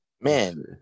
Man